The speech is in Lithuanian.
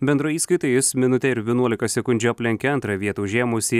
bendroj įskaitoj jis minutę ir vienuolika sekundžių aplenkė antrą vietą užėmusį